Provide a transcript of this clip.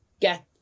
get